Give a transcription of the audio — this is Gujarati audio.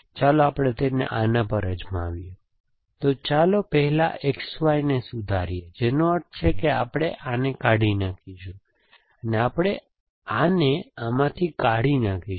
ચાલો આપણે તેને આના પર અજમાવીએ તો ચાલો પહેલા XY ને સુધારીએ જેનો અર્થ છે કે આપણે આને કાઢી નાખીશું અને આપણે આને આમાંથી કાઢી નાખીશું